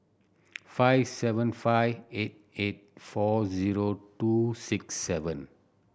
five seven five eight eight four zero two six seven